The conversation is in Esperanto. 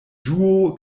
ĝuo